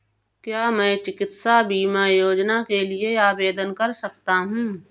क्या मैं चिकित्सा बीमा योजना के लिए आवेदन कर सकता हूँ?